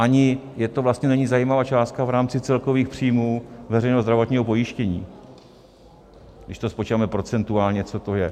Ani to vlastně není zajímavá částka v rámci celkových příjmů veřejného zdravotního pojištění, když to spočítáme procentuálně, co to je.